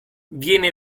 viene